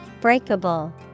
Breakable